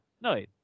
No